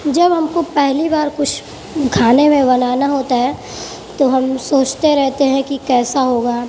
جب ہم کو پہلی بار کچھ کھانے میں بنانا ہوتا ہے تو ہم سوچتے رہتے ہیں کہ کیسا ہوگا